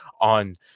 on